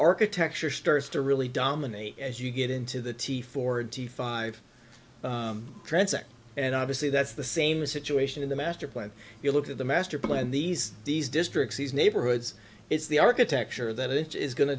architecture starts to really dominate as you get into the t four d five transect and obviously that's the same situation in the master plan if you look at the master plan these these districts these neighborhoods is the architecture that it is going to